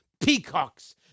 peacocks